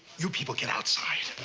you people get outside.